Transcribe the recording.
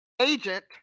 agent